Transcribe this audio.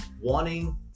wanting